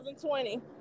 2020